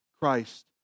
Christ